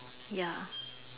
ya